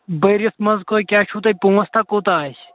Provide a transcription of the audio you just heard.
بٔرِتھ منٛز کہٕ کیٛاہ چھُو تۄہہِ کوٗتاہ پانٛژھ تَہہ کوٗتاہ آسہِ